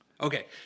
Okay